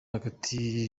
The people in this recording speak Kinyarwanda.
hagati